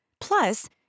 Plus